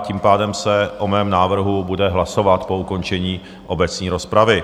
Tím pádem se o mém návrhu bude hlasovat po ukončení obecné rozpravy.